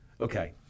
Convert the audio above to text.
okay